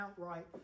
outright